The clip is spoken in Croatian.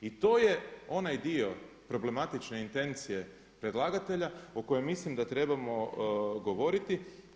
I to je onaj dio problematične intencije predlagatelja o kojem mislim da trebamo govoriti.